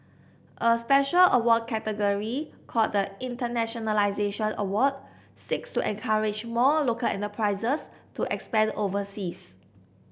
a special award category called the Internationalisation Award seeks to encourage more local enterprises to expand overseas